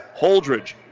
Holdridge